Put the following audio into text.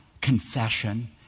confession